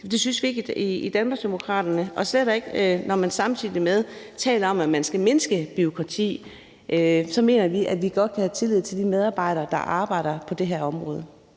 Det synes vi ikke i Danmarksdemokraterne, og slet ikke, når man samtidig taler om, at man skal mindske bureaukratiet. Vi mener, at vi godt kan have tillid til de medarbejdere, der er beskæftiget på det her område.